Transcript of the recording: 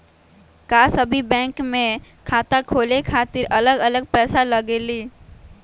का सभी बैंक में खाता खोले खातीर अलग अलग पैसा लगेलि?